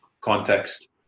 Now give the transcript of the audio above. context